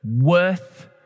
worth